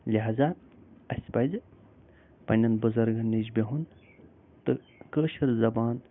لہذا اَسہِ پزِ پنٕنٮ۪ن بُزرگن نِش بِہُن تہٕ کٲشِر زبان